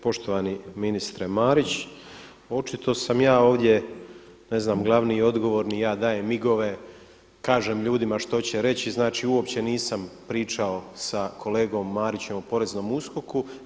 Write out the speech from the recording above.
Poštovani ministre Marić, očito sam ja ovdje ne znam glavni i odgovorni, ja dajem migove, kažem ljudima što će reći, znači uopće nisam pričao sa kolegom Marićem o poreznom USKOK-u.